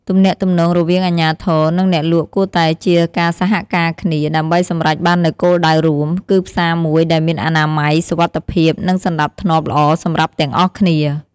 ទំនាក់ទំនងរវាងអាជ្ញាធរ និងអ្នកលក់គួរតែជាការសហការគ្នាដើម្បីសម្រេចបាននូវគោលដៅរួម គឺផ្សារមួយដែលមានអនាម័យ សុវត្ថិភាព និងសណ្ដាប់ធ្នាប់ល្អសម្រាប់ទាំងអស់គ្នា។